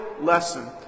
lesson